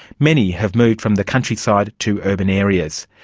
many have moved from the countryside to urban areas.